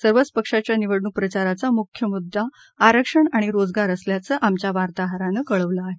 सर्वच पक्षाच्या निवडणूक प्रचाराचा मुख्य मुद्दा आरक्षण अणि रोजगार असल्याचं आमघ्या वार्ताहरानं कळवलं आहे